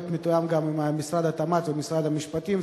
מתואם גם עם משרד התמ"ת ומשרד המשפטים,